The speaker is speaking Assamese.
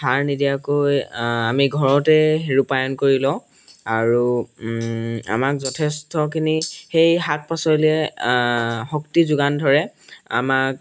সাৰ নিদিয়াকৈ আমি ঘৰতে ৰূপায়ন কৰি লওঁ আৰু আমাক যথেষ্টখিনি সেই শাক পাচলিয়ে শক্তি যোগান ধৰে আমাক